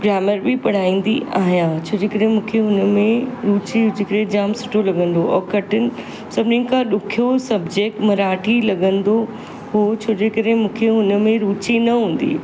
grammar बि पढ़ाईंदी आहियां छोजे करे मूंखे हुनमें रूचि हुई हिन करे जाम सुठो लॻंदो और कठिन सभिनीनि खां ॾुखियो सब्जेक्ट मराठी लॻंदो हुओ छोजे करे मूंखे हुनमें रूचि न हूंदी हुई